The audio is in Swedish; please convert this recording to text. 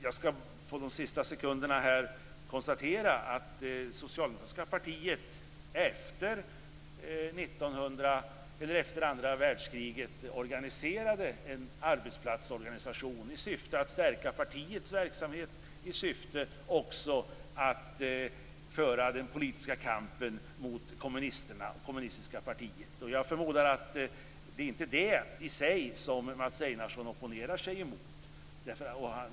Låt mig använda de sista sekunderna till att konstatera att efter andra världskriget organiserade det socialdemokratiska partiet en arbetsplatsorganisation i syfte att stärka partiets verksamhet och föra den politiska kampen mot kommunisterna och det kommunistiska partiet. Jag förmodar att det inte är det som Mats Einarsson opponerar sig emot.